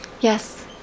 Yes